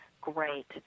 great